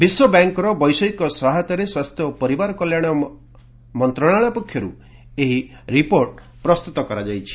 ବିଶ୍ୱବ୍ୟାଙ୍କର ବୈଷୟିକ ସହାୟତାରେ ସ୍ୱାସ୍ଥ୍ୟ ଓ ପରିବାର କଲ୍ୟାଣ ମନ୍ତ୍ରଣାଳୟ ପକ୍ଷରୁ ଏହି ରିପୋର୍ଟ ପ୍ରସ୍ତୁତ କରାଯାଇଛି